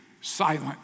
silent